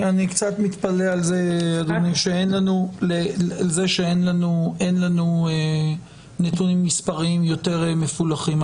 אני קצת מתפלא על זה אדוני שאין לנו נתונים מספריים יותר מפולחים.